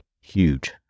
huge